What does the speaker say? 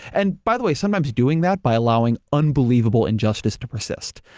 and by the way, sometimes doing that, by allowing unbelievable injustice to persist,